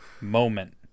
moment